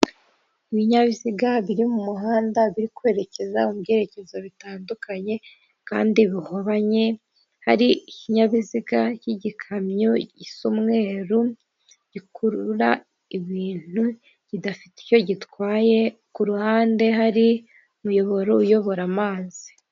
Ibinyabiziga biri mu muhanda biri kwerekeza mu byerekezo bitandukanye kandi bihobanye hari ikinyabiziga cy'igikamyo gisa umweru gikurura ibintu kidafite icyo gitwaye ku ruhande hari umuyoboro uyobora amazi.